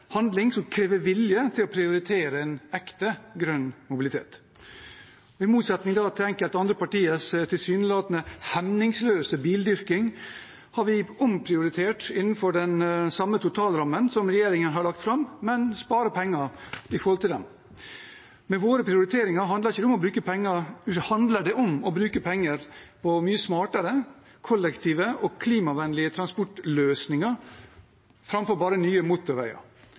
handling som krever vilje til å prioritere en ekte grønn mobilitet. I motsetning til enkelte andre partiers tilsynelatende hemningsløse bildyrking har vi omprioritert innenfor den samme totalrammen som regjeringen har lagt fram, men sparer penger sammenliknet med den. Med våre prioriteringer handler det om å bruke penger på mye smartere, kollektive og klimavennlige transportløsninger framfor bare nye motorveier,